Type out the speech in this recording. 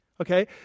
Okay